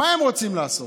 מה הם רוצים לעשות?